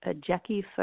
Jackie